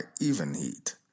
Evenheat